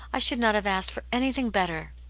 i should not have asked for anything better.